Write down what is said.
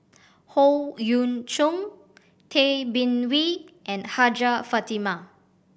Howe Yoon Chong Tay Bin Wee and Hajjah Fatimah